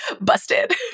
busted